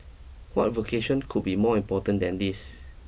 what vocation could be more important than this